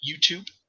YouTube